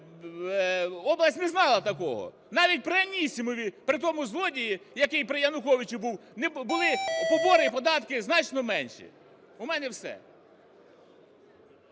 область не знала такого. Навіть при Анісімові, при тому злодії, який при Януковичу був, були побори і податки значно менші. У мене все.